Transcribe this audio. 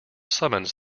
summons